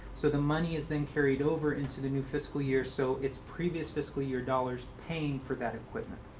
so the money is then carried over into the new fiscal year, so it's previous fiscal year dollars paying for that equipment.